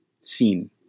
seen